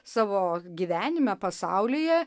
savo gyvenime pasaulyje